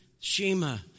Shema